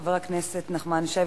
חבר הכנסת נחמן שי,